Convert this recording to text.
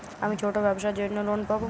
আমি ছোট ব্যবসার জন্য লোন পাব?